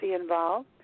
involved